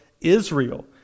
Israel